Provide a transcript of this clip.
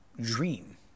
dream